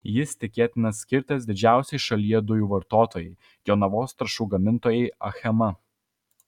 jis tikėtina skirtas didžiausiai šalyje dujų vartotojai jonavos trąšų gamintojai achema